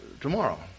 tomorrow